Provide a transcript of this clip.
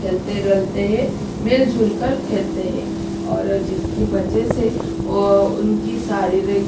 खेलते रहते हैं मिलजुल कर खेलते हैं और जिसकी वजह से वो उनका शारीरिक